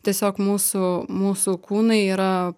tiesiog mūsų mūsų kūnai yra